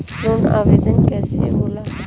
Loan आवेदन कैसे होला?